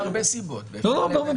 יש הרבה סיבות, צריך לפלח.